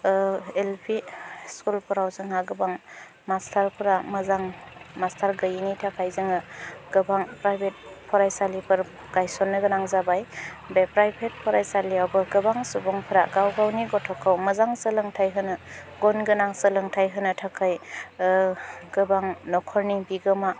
L P स्कुलफोराव जोंहा गोबां मास्टारफोरा मोजां मास्टार गैयिनि थाखाय जोङो गोबां प्राइभेट फरायसालिफोर गायसननो गोनां जाबाय बे प्राइभेट फरायसालियावबो गोबां सुबुंफ्रा गाव गावनि गथ'खौ मोजां सोलोंथाय होनो गुनगोनां सोलोंथाय होनो थाखाय गोबां न'खरनि बिगोमा